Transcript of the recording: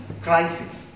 crisis